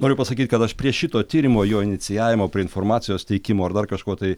noriu pasakyt kad aš prie šito tyrimo jo inicijavimo prie informacijos teikimo ar dar kažko tai